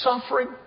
suffering